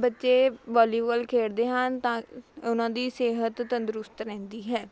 ਬੱਚੇ ਵਾਲੀਬਾਲ ਖੇਡਦੇ ਹਨ ਤਾਂ ਉਹਨਾਂ ਦੀ ਸਿਹਤ ਤੰਦਰੁਸਤ ਰਹਿੰਦੀ ਹੈ